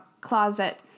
closet